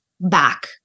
back